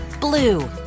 blue